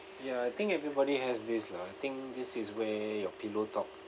ya I think everybody has this lah I think this is where your pillow talk